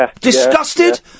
disgusted